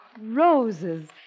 roses